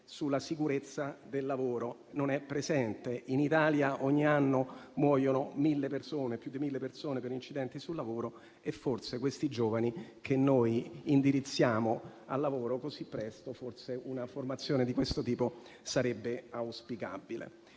sulla sicurezza del lavoro. In Italia, ogni anno muoiono più di 1.000 persone per incidenti sul lavoro e per questi giovani che indirizziamo al lavoro così presto forse una formazione di questo tipo sarebbe auspicabile.